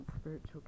spiritual